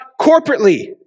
corporately